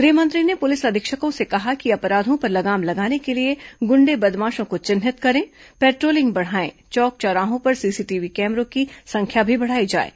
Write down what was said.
गृहमंत्री ने पुलिस अधीक्षकों से कहा कि अपराधों पर लगाम लगाने के लिए गुण्डे बदमाशों को चिन्हित करें पेट्रोलिंग बढ़ाएं चौक चौराहों पर सीसीटीवी कैमरा की संख्या भी बढ़ाई जाएं